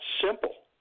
simple